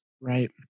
Right